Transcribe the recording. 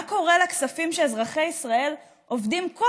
מה קורה לכספים שאזרחי ישראל עובדים כל